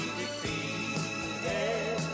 defeated